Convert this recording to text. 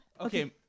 Okay